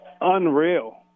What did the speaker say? unreal